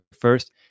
first